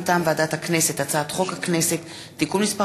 מטעם ועדת הכנסת: הצעת חוק הכנסת (תיקון מס'